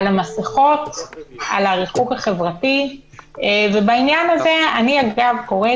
יעקב, אני לא מבינה